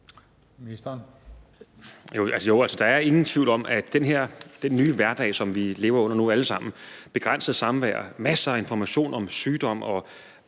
Heunicke): Altså, der er ingen tvivl om, at den her nye hverdag, som vi lever under nu alle sammen, begrænser samværet. Der er masser af information om sygdom, og